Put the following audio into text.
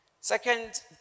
Second